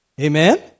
Amen